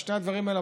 שני הדברים האלה,